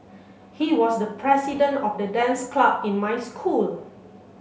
he was the president of the dance club in my school